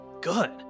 good